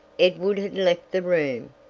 edward had left the room,